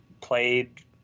played